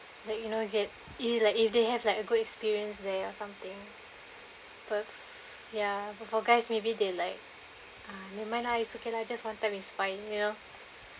like you know get i~ like if they have like a good experience there or something but ya for for guys maybe they like ah never mind lah it's okay lah just one time is nice